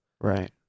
right